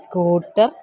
scooter